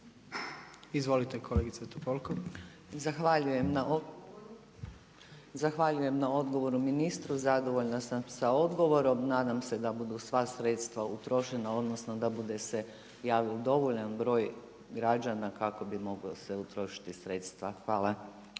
**Topolko, Bernarda (HNS)** Zahvaljujem na odgovoru ministru, zadovoljna sam sa odgovorom, nadam se da budu sva sredstva utrošena odnosno da bude se javio dovoljan broj građana kako bi moglo se utrošiti sredstva. Hvala.